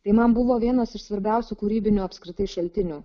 tai man buvo vienas iš svarbiausių kūrybinių apskritai šaltinių